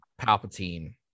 palpatine